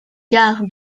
gare